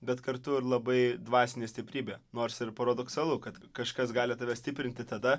bet kartu ir labai dvasinė stiprybė nors ir paradoksalu kad kažkas gali tave stiprinti tada